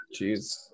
Jeez